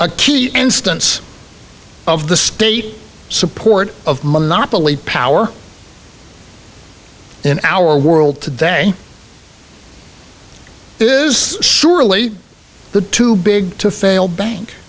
a key instance of the state support of monopoly power in our world today is surely the too big to fail bank